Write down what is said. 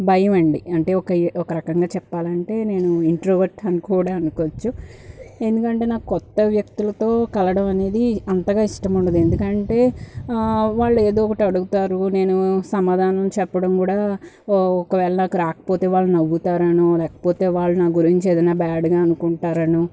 భయం అండి అంటే ఒక ఎ ఒక రకంగా చెప్పాలంటే నేను ఇంట్రోవర్ట్ అని కూడా అనుకోవచ్చు ఎందుకంటే నాకు కొత్త వ్యక్తులతో కలవడం అనేది కూడా అంతగా ఇష్టం ఉండదు ఎందుకంటే వాళ్ళు ఏదో ఒకటి అడుగుతారు నేను సమాధానం చెప్పడం కూడా ఒకవేళ రాకపోతే వాళ్ళు నవ్వుతారనో లేకపోతే వాళ్ళు నా గురించి ఏదన్న బ్యాడ్గా అనుకుంటారనో